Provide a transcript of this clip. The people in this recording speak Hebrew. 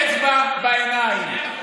אצבע בעיניים.